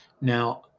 now